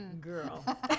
girl